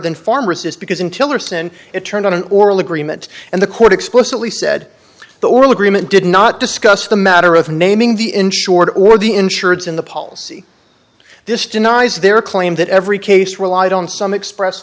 than pharmacist because until or send it turned on an oral agreement and the court explicitly said the oral agreement did not discuss the matter of naming the insured or the insurance in the policy this denies their claim that every case relied on some express